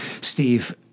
Steve